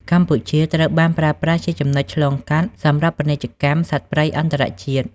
កម្ពុជាត្រូវបានប្រើប្រាស់ជាចំណុចឆ្លងកាត់សម្រាប់ពាណិជ្ជកម្មសត្វព្រៃអន្តរជាតិ។